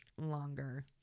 longer